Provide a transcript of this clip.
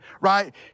right